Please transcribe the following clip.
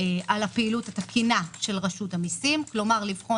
על הפעילות התקינה של רשות המסיים כלומר לבחון